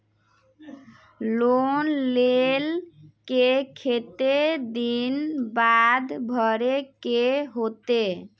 Loan लेल के केते दिन बाद भरे के होते?